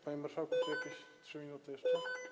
Panie marszałku, czy jakieś 3 minuty jeszcze?